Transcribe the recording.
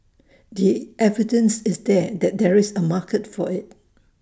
the evidence is there that there is A market for IT